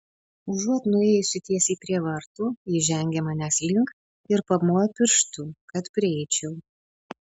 užuot nuėjusi tiesiai prie vartų ji žengė manęs link ir pamojo pirštu kad prieičiau